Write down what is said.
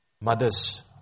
Mothers